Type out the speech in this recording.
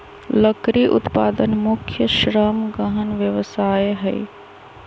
लकड़ी उत्पादन मुख्य श्रम गहन व्यवसाय हइ